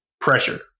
pressure